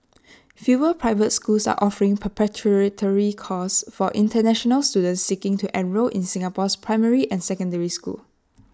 fewer private schools are offering preparatory courses for International students seeking to enrol in Singapore's primary and secondary schools